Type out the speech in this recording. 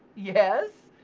yes.